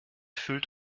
fühlt